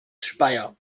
speyer